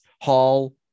Hall